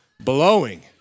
blowing